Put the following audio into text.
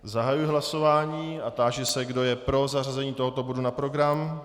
Zahajuji hlasování a táži se, kdo je pro zařazení tohoto bodu na program.